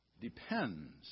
depends